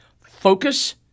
focus